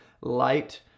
light